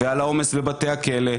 ועל העומס בבתי הכלא,